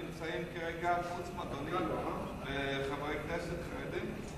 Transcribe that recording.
נמצאים כרגע, חוץ מאדוני, חברי כנסת חרדים?